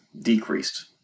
decreased